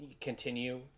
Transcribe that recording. continue